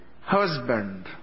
Husband